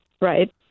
right